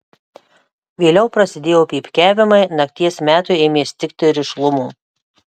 vėliau prasidėjo pypkiavimai nakties metui ėmė stigti rišlumo